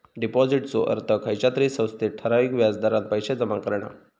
डिपाॅजिटचो अर्थ खयच्या तरी संस्थेत ठराविक व्याज दरान पैशे जमा करणा